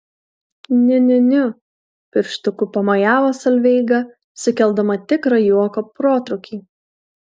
niu niu niu pirštuku pamojavo solveiga sukeldama tikrą juoko protrūkį